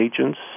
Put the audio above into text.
agents